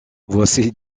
voici